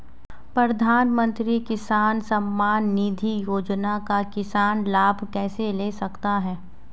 प्रधानमंत्री किसान सम्मान निधि योजना का किसान लाभ कैसे ले सकते हैं?